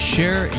Share